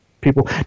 people